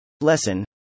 Lesson